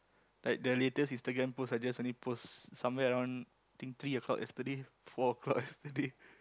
like the latest Instagram post I just only post somewhere around think three o-clock yesterday four o-clock yesterday